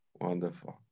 Wonderful